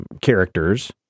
characters